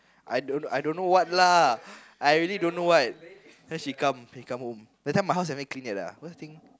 I don't I don't know what lah I really don't know what then she come he come home that time my house haven't clean yet first thing